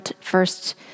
first